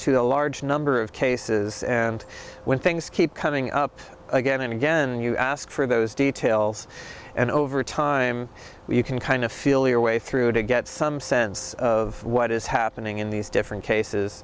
a large number of cases and when things keep coming up again and again and you ask for those details and over time you can kind of feel your way through to get some sense of what is happening in these different cases